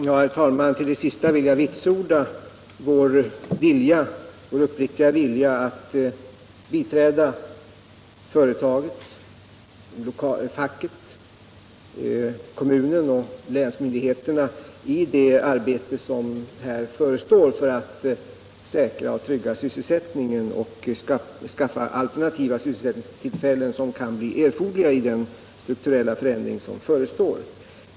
Herr talman! Då det gäller det sista Olle Göransson sade vill jag vitsorda vår uppriktiga vilja att biträda företagen, facket, kommunen och länsmyndigheterna i det arbete som här förestår för att trygga sysselsättningen och skaffa alternativa sysselsättningstillfällen som kan bli erforderliga i den strukturella förändring som förestår.